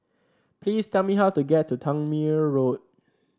please tell me how to get to Tangmere Road